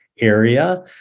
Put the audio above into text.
area